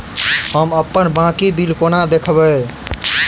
हम अप्पन बाकी बिल कोना देखबै?